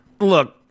Look